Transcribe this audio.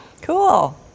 Cool